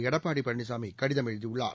எடப்பாடி பழனிசாமி கடிதம் எழுதியுள்ளார்